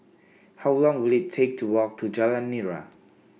How Long Will IT Take to Walk to Jalan Nira